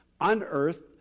unearthed